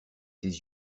ses